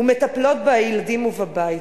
ומטפלות בילדים ובבית.